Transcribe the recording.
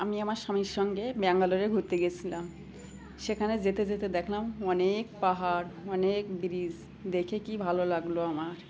আমি আমার স্বামীর সঙ্গে ব্যাঙ্গালোরে ঘুরতে গিয়েছিলাম সেখানে যেতে যেতে দেখলাম অনেক পাহাড় অনেক ব্রিজ দেখে কি ভালো লাগলো আমার